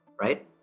right